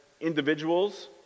individuals